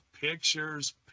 pictures